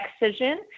excision